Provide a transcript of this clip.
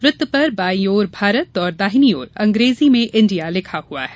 वृत्त पर बांयी ओर भारत और दाहिनी ओर अंग्रेजी में इंडिया लिखा हुआ है